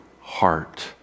heart